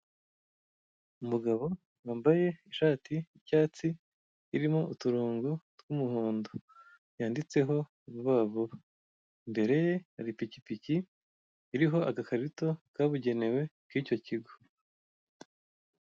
Umugabo wambaye ishati y'icyatsi, irimo uturongo tw'umuhondo, yanditseho Vuba Vuba, imbere ye hari ipikipiki iriho agakarito kabugenewe k'icyo kigo.